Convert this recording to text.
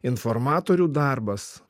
informatorių darbas